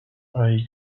hay